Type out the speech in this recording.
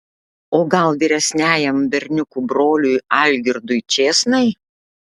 o gal vyresniajam berniukų broliui algirdui čėsnai